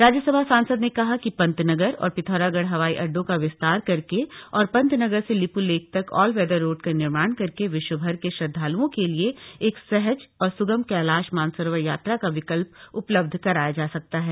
राज्यसभा सांसद ने कहा कि पंतनगर और पिथौरागढ़ हवाई अड्डों का विस्तार करके और पंतनगर से लिप्लेख तक ऑल वेदर रोड का निर्माण करके विश्वभर के श्रद्धाल्ओं के लिए एक सहज और स्गम कैलाश मानसरोवर यात्रा का विकल्प उपलब्ध कराया जा सकता है